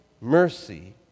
mercy